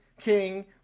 king